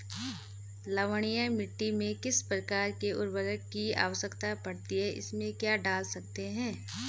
लवणीय मिट्टी में किस प्रकार के उर्वरक की आवश्यकता पड़ती है इसमें क्या डाल सकते हैं?